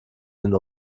den